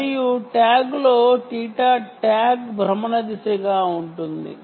మరియు ట్యాగ్లో θTag భ్రమణ దశగా ఉంటుంది